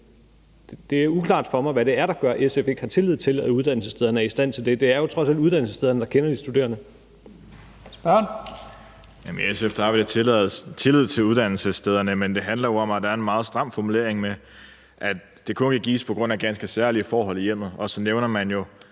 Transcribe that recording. det er uklart for mig, hvad det er, der gør, at SF ikke har tillid til, at uddannelsesstederne er i stand til det. Det er jo trods alt uddannelsesstederne, der kender de studerende. Kl. 18:35 Første næstformand (Leif Lahn Jensen): Spørgeren. Kl. 18:35 Mads Olsen (SF): I SF har vi tillid til uddannelsesstederne. Men det handler jo om, at der er en meget stram formulering om, at det kun kan gives på grund af ganske særlige forhold i hjemmet, og så nævner man